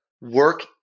work